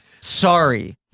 Sorry